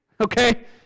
Okay